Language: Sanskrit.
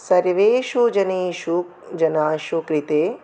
सर्वेषु जनेषु जनेषु कृते